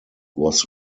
was